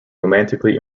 romantically